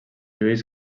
lluís